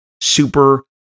super